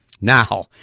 Now